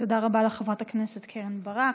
תודה רבה לחברת הכנסת קרן ברק.